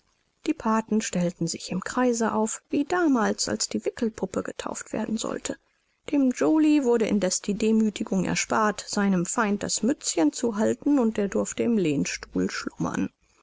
die pathen stellten sich im kreise auf wie damals als die wickelpuppe getauft werden sollte dem joly wurde indeß die demüthigung erspart seinem feind das mützchen zu halten und er durfte im lehnstuhl schlummern